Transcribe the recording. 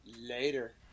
Later